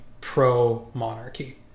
pro-monarchy